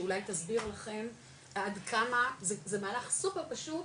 שאולי תסביר לכם עד כמה זה מהלך סופר פשוט,